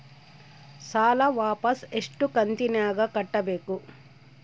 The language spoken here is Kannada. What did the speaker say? ಸಾಲ ವಾಪಸ್ ಎಷ್ಟು ಕಂತಿನ್ಯಾಗ ಕಟ್ಟಬೇಕು?